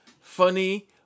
funny